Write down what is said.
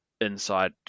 inside